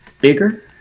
bigger